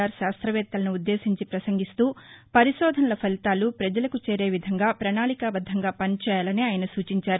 are శాస్త్రవేత్తలను ఉద్దేశించి పసంగిస్తూ పరిశోధనల ఫలితాలు పజలకు చేరే విధంగా పణాళికాబద్దంగా పనిచేయాలని సూచించారు